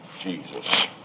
Jesus